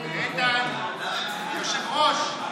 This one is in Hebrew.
היושב-ראש,